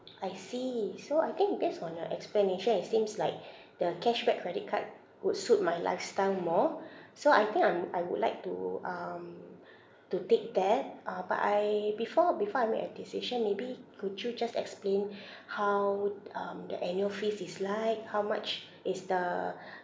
I see so I think based on your explanation it seems like the cashback credit card would suit my lifestyle more so I think I'm I would like to um to take that uh but I before before I make a decision maybe could you just explain how um the annual fees is like how much is the